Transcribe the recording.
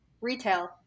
Retail